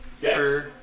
Yes